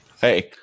Hey